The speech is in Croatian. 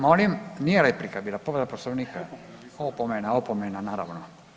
Molim, nije replika bila povreda Poslovnika, opomena, opomena naravno.